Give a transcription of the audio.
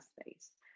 space